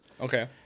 okay